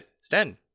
sten